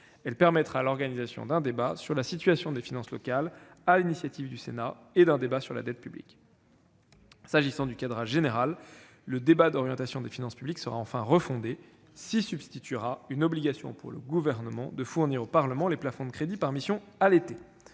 prévue l'organisation d'un débat sur la situation des finances locales, sur l'initiative du Sénat, et d'un débat sur la dette publique. Pour ce qui concerne le cadrage général, le débat d'orientation des finances publiques sera refondé. S'y substituera une obligation pour le Gouvernement de fournir au Parlement les plafonds de crédits par mission dès l'été.